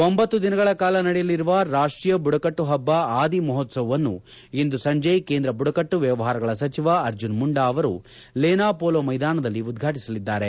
ಒಂಬತ್ತು ದಿನಗಳ ಕಾಲ ನಡೆಯಲಿರುವ ರಾಷ್ಷೀಯ ಬುಡಕಟ್ಟು ಹಬ್ಬ ಆದಿ ಮಹೋತ್ಸವವನ್ನು ಇಂದು ಸಂಜೆ ಕೇಂದ್ರ ಬುಡಕಟ್ಟು ವ್ಯವಹಾರಗಳ ಸಚಿವ ಅರ್ಜುನ್ ಮುಂಡಾ ಅವರು ಲೇನ ಪೋಲೊ ಮೈದಾನದಲ್ಲಿ ಉದ್ಘಾಟಸಲಿದ್ದಾರೆ